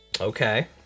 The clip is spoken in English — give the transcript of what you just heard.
Okay